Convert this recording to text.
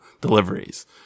deliveries